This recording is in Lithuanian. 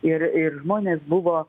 ir ir žmonės buvo